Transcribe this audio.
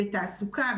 בתעסוקה,